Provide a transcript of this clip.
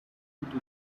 into